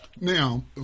Now